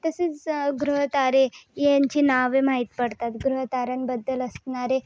तसंच ग्रहतारे यांची नावे माहीत पडतात ग्रहताऱ्यांबद्दल असणारे